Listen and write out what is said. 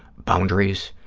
boundaries,